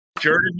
Jordan